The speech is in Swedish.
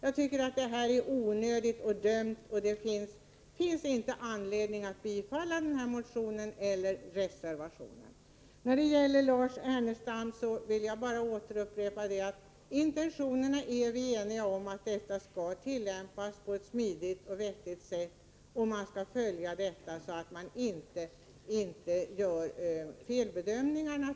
Jag tycker att detta förslag är onödigt och dumt. Det finns inte anledning att bifalla motionen eller reservationen. När det gäller Lars Ernestams inlägg vill jag upprepa att intentionen är att vi skall tillämpa bestämmelserna på ett smidigt och vettigt sätt. Man skall följa upp denna sak så att det inte görs några felbedömningar.